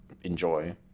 enjoy